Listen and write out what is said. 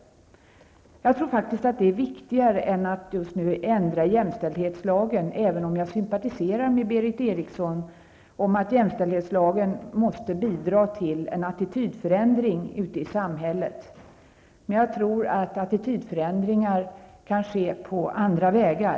Jag tror att det är viktigare just nu än att ändra jämställdhetslagen, även om jag sympatiserar med Berith Erikssons uppfattning att jämställdhetslagen måste bidra till en attitydförändring ute i samhället. Jag tror att attitydförändringar kan ske på andra vägar.